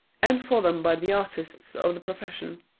and for them by the artists of the profession.